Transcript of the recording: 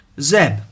Zeb